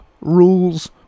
rules